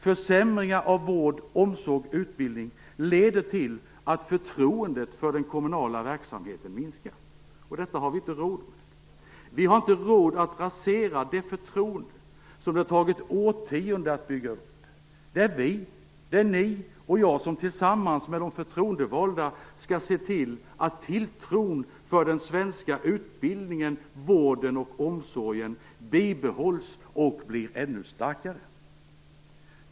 Försämringar av vård, omsorg och utbildning leder till att förtroendet för den kommunala verksamheten minskar. Detta har vi inte råd med. Vi har inte råd att rasera det förtroende som det har tagit årtionden att bygga upp. Det är vi, ni och jag, som tillsammans med de förtroendevalda skall se till att tilltron till den svenska utbildningen, vården och omsorgen bibehålls och blir ännu starkare.